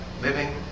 Living